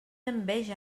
enveja